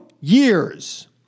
years